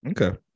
Okay